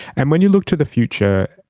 and when you look to the future,